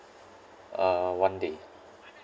uh uh one day